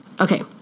Okay